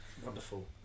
wonderful